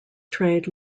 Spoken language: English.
trade